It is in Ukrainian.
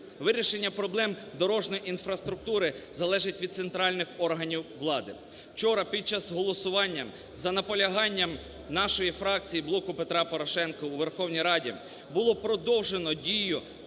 Вирішення проблем дорожньої інфраструктури залежить від центральних органів влади. Вчора, під час голосування, за наполяганням нашої фракції "Блоку Петра Порошенка" у Верховній Раді було продовжено дію